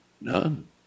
None